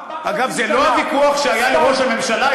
זה לא ויכוח שהיה עם ראש הממשלה,